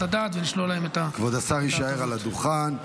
הדעת ונשלול להם את -- כבוד השר יישאר על הדוכן.